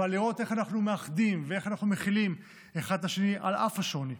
אבל לראות איך אנחנו מאחדים ואיך אנחנו מכילים אחד את השני על אף השוני.